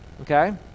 Okay